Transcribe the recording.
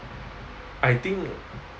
I think